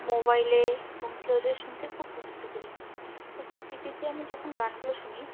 মোবাইলে হোম থিয়েটারে শুনতে খুব পছন্দ করি তবে টিভিতে আমি যখন গানগুলো শুনি